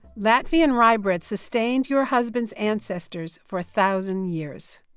latvian rye bread sustained your husband's ancestors for a thousand years.